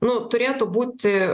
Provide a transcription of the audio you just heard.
nu turėtų būti